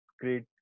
great